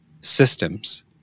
systems